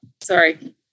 Sorry